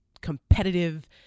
competitive